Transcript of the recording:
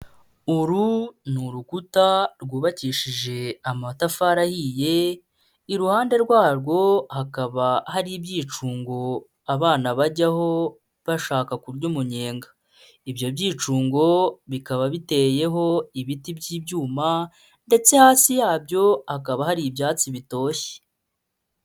Uru ni urukuta rwubakishije amatafari ahiye, iruhande rwarwo hakaba hari ibyicungo abana bajyaho bashaka kurya umunyenga, ibyo byicungo bikaba biteyeho ibiti by'ibyuma ndetse hasi yabyo hakaba hari ibyatsi bitoshye.